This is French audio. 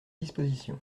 disposition